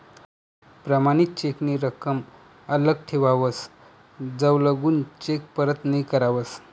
प्रमाणित चेक नी रकम आल्लक ठेवावस जवलगून चेक परत नहीं करावस